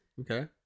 okay